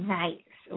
nice